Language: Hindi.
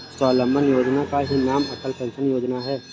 स्वावलंबन योजना का ही नाम अटल पेंशन योजना है